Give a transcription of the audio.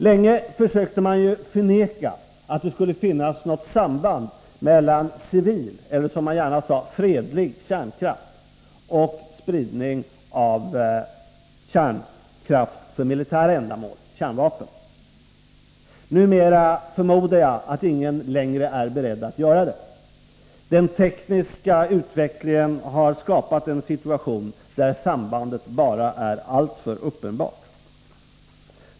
Länge försökte man förneka att det skulle finnas ett samband mellan civil — eller som man gärna sade, fredlig — kärnkraft och kärnkraft för militära ändamål, kärnvapen. Numera är ingen längre beredd att göra det, förmodar jag. Den tekniska utvecklingen har skapat en situation där sambandet bara är alltför uppenbart.